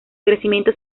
crecimiento